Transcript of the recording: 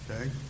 Okay